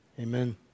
amen